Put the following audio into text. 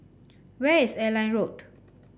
where is Airline Road